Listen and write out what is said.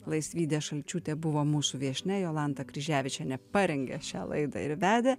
laisvydė šalčiūtė buvo mūsų viešnia jolanta kryževičienė parengė šią laidą ir vedė